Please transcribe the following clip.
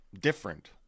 different